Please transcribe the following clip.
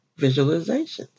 visualizations